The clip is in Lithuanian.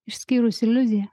išskyrus iliuziją